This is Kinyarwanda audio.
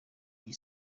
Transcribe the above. iyi